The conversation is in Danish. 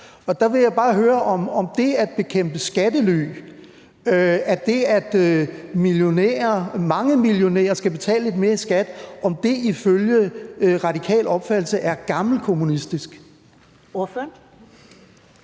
Jeg vil bare høre, om det at bekæmpe skattely, det, at mangemillionærer skal betale lidt mere i skat, ifølge radikal opfattelse er gammelkommunistisk. Kl.